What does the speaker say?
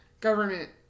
government